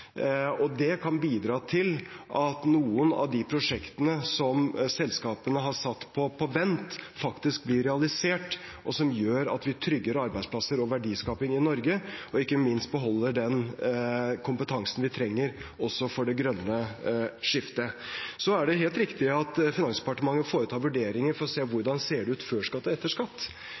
og det kan bidra til at noen av de prosjektene som selskapene har satt på vent, faktisk blir realisert, noe som gjør at vi trygger arbeidsplasser og verdiskaping i Norge og ikke minst beholder den kompetansen vi trenger også for det grønne skiftet. Så er det helt riktig at Finansdepartementet foretar vurderinger for å se hvordan det ser ut før skatt og etter skatt,